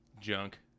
junk